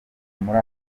muri